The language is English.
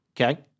Okay